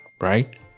right